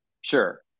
Sure